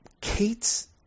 Kate's